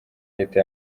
leta